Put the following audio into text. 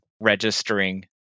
registering